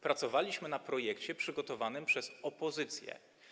Pracowaliśmy nad projektem przygotowanym przez opozycję.